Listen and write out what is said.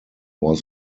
was